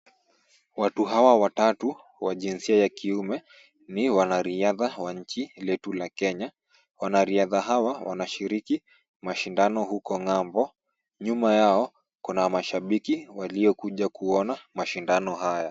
Watu hawa watatu wa jinsia ya kiume ni wanariadha wa nchi letu la Kenya. Wanariadha hawa wanashiriki mashindano huko ng'ambo. Nyuma yao kuna mashabiki waliokuja kuona mashindano haya.